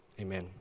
Amen